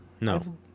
No